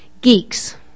Geeks